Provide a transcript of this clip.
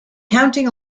counting